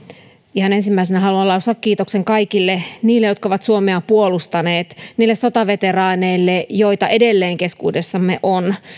ihan ensimmäisenä haluan lausua kiitoksen kaikille heille jotka ovat suomea puolustaneet sotaveteraaneille joita edelleen keskuudessamme on